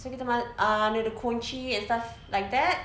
so kita uh anuh the kunci and stuff like that